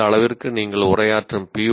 அந்த அளவிற்கு நீங்கள் உரையாற்றும் பி